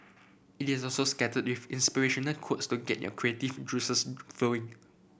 it is also scattered with inspirational quotes to get your creative juices flowing